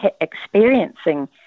experiencing